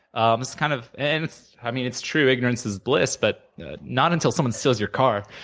um it's kind of and i mean it's true, ignorance is bliss, but not until someone steals your car,